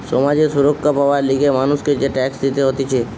সমাজ এ সুরক্ষা পাবার লিগে মানুষকে যে ট্যাক্স দিতে হতিছে